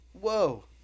Whoa